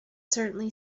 certainly